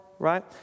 right